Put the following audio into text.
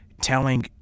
telling